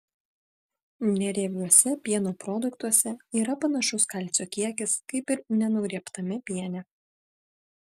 neriebiuose pieno produktuose yra panašus kalcio kiekis kaip ir nenugriebtame piene